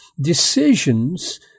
decisions